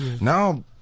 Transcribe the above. Now